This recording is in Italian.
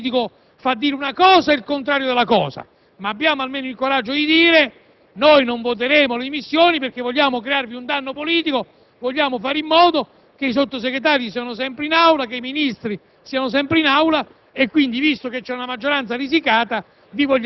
mi rendo conto che lo scontro politico fa dire una cosa e il suo contrario, ma abbiamo almeno il coraggio di dire: «Noi non voteremo le dimissioni perché vogliamo crearvi un danno politico, perché vogliamo fare in modo che i Sottosegretari siano sempre in Aula, che i Ministri siano sempre in Aula